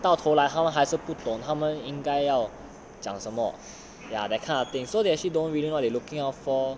到头来他们还是不懂他们应该要讲什么 ya that kind of thing so they actually don't really know what they looking out for